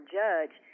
judge